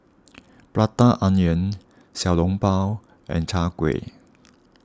Prata Onion Xiao Long Bao and Chai Kueh